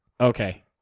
Okay